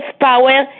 power